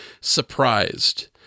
surprised